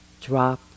drop